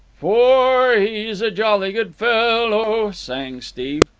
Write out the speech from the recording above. fo-or he's a jolly good fellow sang steve.